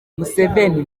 museveni